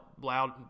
loud